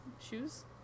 shoes